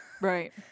right